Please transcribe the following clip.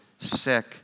sick